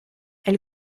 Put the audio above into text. elle